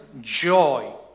joy